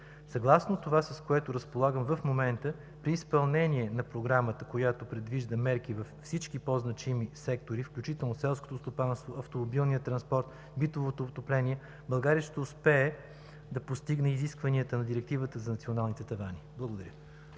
Съгласно това, с което разполагам в момента, при изпълнение на Програмата, която предвижда мерки във всички по-значими сектори, включително селското стопанство, автомобилния транспорт, битовото отопление, България ще успее да постигне изискванията на Директивата за националните тавани. Благодаря.